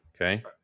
Okay